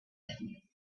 hidden